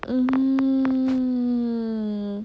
hmm